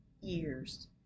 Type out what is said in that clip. years